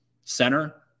center